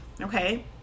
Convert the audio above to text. okay